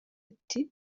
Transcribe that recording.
ati